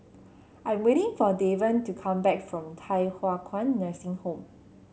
I'm waiting for Davon to come back from Thye Hua Kwan Nursing Home